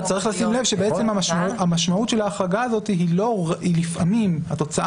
צריך לשים לב שהמשמעות של ההחרגה הזאת שלפעמים התוצאה